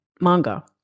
manga